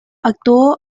actuó